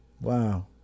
Wow